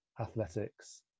athletics